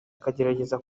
akagerageza